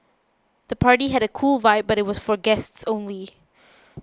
the party had a cool vibe but was for guests only